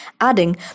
adding